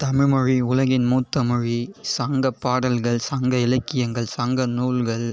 தமிழ்மொழி உலகின் மூத்த மொழி சங்க பாடல்கள் சங்க இலக்கியங்கள் சங்க நூல்கள்